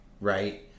right